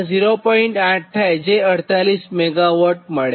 8 જે 48 MW મળે